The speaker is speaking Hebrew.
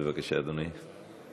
בבקשה, אדוני.